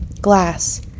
Glass